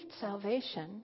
salvation